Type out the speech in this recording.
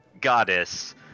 goddess